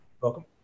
Welcome